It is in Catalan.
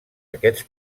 aquests